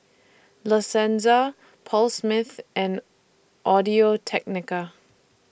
La Senza Paul Smith and Audio Technica